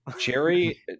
jerry